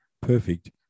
perfect